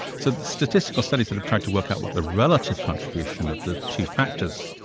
so the statistical studies that have tried to work out what the relative contribution of the two factors,